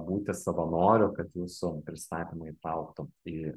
būti savanoriu kad jūsų pristatymą įtrauktų į